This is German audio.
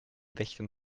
wächtern